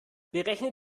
berechne